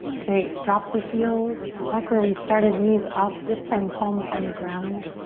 great, drop the heels back where we started, knees up. this time palms on the ground.